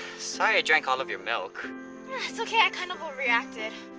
sorry i drank all of your milk. it's okay. i kind of overreacted.